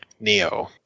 Neo